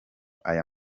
aya